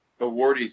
awardees